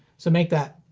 so make that,